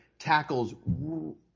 tackles